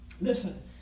Listen